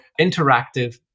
interactive